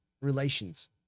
relations